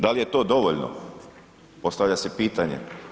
Da li je to dovoljno, postavlja se pitanje.